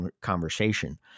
conversation